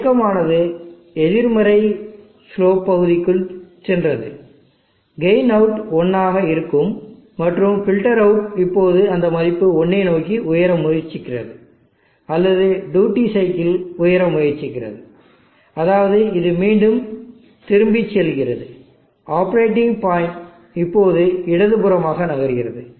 இயக்கமானது எதிர்மறை ஸ்லோ பகுதிக்குள் சென்றது கெயின் அவுட்புட் 1 ஆக இருக்கும் மற்றும் பில்டர் அவுட்புட் இப்போது அந்த மதிப்பு 1 ஐ நோக்கி உயர முயற்சிக்கிறது அல்லது டியூட்டி சைக்கிள் உயர முயற்சிக்கிறது அதாவது இது மீண்டும் திரும்பிச் செல்கிறது ஆப்பரேட்டிங் பாயிண்ட் இப்போது இடதுபுறமாக நகர்கிறது